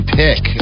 pick